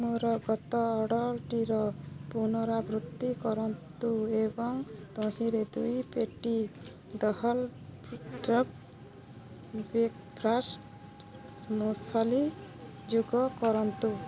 ମୋର ଗତ ଅର୍ଡ଼ର୍ଟିର ପୁନରାବୃତ୍ତି କରନ୍ତୁ ଏବଂ ତହିଁରେ ଦୁଇ ପେଟି The Whole Truth breakfast muesli ଯୋଗ କରନ୍ତୁ